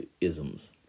isms